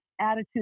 attitude